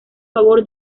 favor